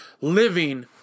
living